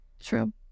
True